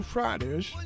Fridays